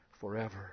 forever